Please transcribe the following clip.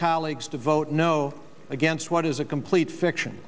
colleagues to vote no against what is a complete fiction